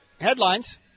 headlines